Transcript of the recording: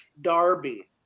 Darby